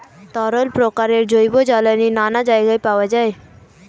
তরল প্রকারের জৈব জ্বালানি নানা জায়গায় পাওয়া যায়